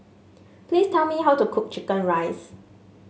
please tell me how to cook chicken rice